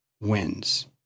wins